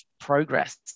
progress